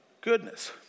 goodness